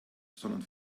sondern